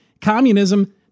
communism